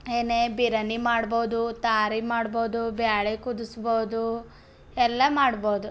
ಏನೇ ಬಿರ್ಯಾನಿ ಮಾಡ್ಬೋದು ತಾರಿ ಮಾಡ್ಬೋದು ಬೇಳೆ ಕುದಿಸ್ಬೋದು ಎಲ್ಲ ಮಾಡ್ಬೋದು